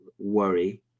Worry